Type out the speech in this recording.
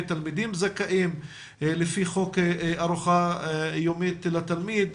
תלמידים זכאים לפי חוק ארוחה יומית לתלמיד,